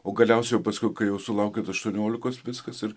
o galiausiai o paskui kai sulaukėt aštuoniolikos viskas ir